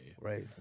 Right